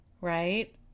right